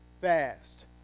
fast